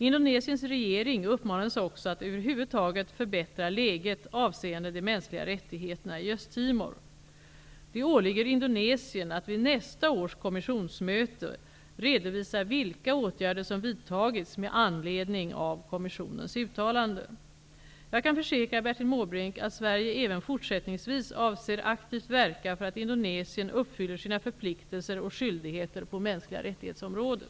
Indonesiens regering uppmanades också att över huvud taget förbättra läget avseende de mänskliga rättigheterna i Det åligger Indonesien att vid nästa års kommissionsmöte redovisa vilka åtgärder som vidtagits med anledning av kommissionens uttalande. Jag kan försäkra Bertil Måbrink att Sverige även fortsättningsvis avser aktivt verka för att Indonesien uppfyller sina förpliktelser och skyldigheter på mänskliga rättighetsområdet.